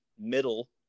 middle